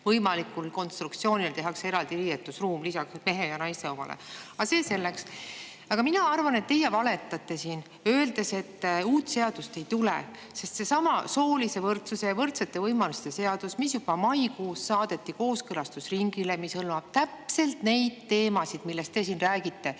võimalikule konstruktsioonile tehakse eraldi riietusruum lisaks mehe ja naise omale. Aga see selleks. Aga mina arvan, et teie valetate siin, öeldes, et uut seadust ei tule, sest seesama soolise võrdsuse ja võrdsete võimaluste seadus, mis juba maikuus saadeti kooskõlastusringile, hõlmab täpselt neid teemasid, millest te siin räägite,